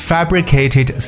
Fabricated